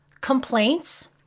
complaints